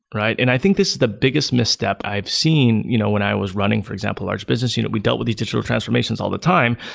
right? and i think this is the biggest misstep i've seen you know when i was running, for example, large business unit. we dealt with these digital transformations all the time.